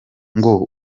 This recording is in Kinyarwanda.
ngo